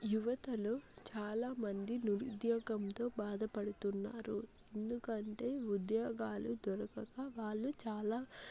యువతలో చాలా మంది నిరుద్యోగంతో బాధపడుతున్నారు ఎందుకంటే ఉద్యోగాలు దొరకక వాళ్ళు చాలా